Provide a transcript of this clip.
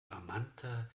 amanta